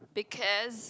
because